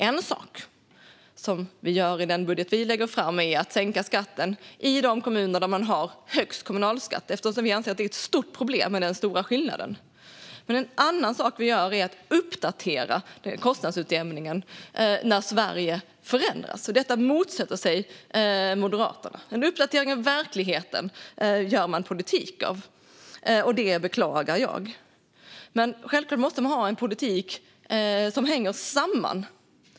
En sak vi gör i vår budget är att sänka skatten i de kommuner som har högst kommunalskatt, eftersom vi anser att den stora skillnaden är ett stort problem. En annan sak vi gör är att uppdatera kostnadsutjämningen när Sverige förändras. Detta motsätter sig Moderaterna och gör politik av, vilket jag beklagar. Givetvis måste vi ha en politik som hänger samman.